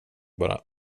bara